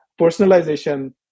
personalization